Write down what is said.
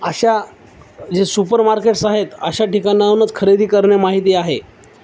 अशा जे super markets आहेत अशा ठिकाणाहूनच खरेदी करणे माहिती आहे